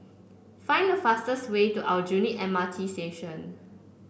find the fastest way to Aljunied M R T Station